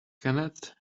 kenneth